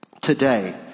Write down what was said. today